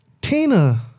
Tina